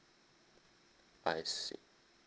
I see